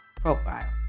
profile